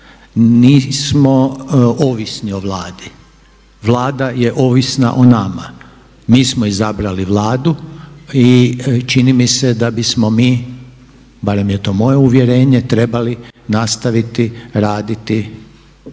Nismo ovisni o Vladi. Vlada je ovisna o nama. Mi smo izabrali Vladu i čini mi se da bismo mi, barem je to moje uvjerenje trebali nastaviti raditi normalno